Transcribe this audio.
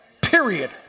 period